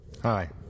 Hi